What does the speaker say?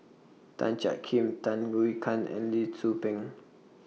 Tan Jiak Kim Tham Yui Kan and Lee Tzu Pheng